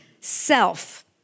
self